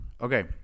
Okay